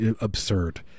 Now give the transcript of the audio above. absurd